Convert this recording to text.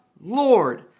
Lord